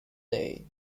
day